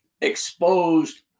exposed –